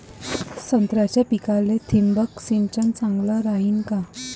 संत्र्याच्या पिकाले थिंबक सिंचन चांगलं रायीन का?